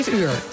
uur